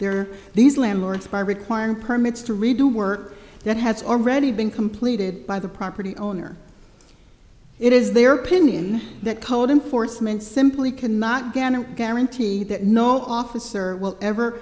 are these landlords by requiring permits to redo work that has already been completed by the property owner it is their opinion that code enforcement simply cannot gana guarantee that no officer will ever